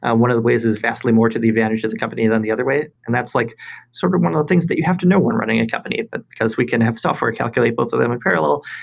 and one of the ways is vastly more to the advantage of the company than the other way, and that's like sort of one of the things that you have to know when running a company, but because we can have software calculate both of them in parallel.